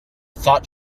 thought